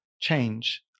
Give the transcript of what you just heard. change